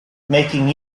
making